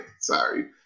Sorry